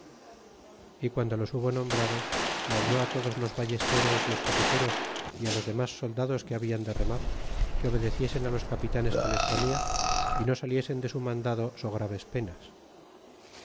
é guando los hubo nombradb mandó todos los ballesteros y escopeteros é los demas soldados que hablan de remar que obedeciesen los capitanes que les ponla y no saliesen de su mandado so graves penas